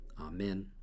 amen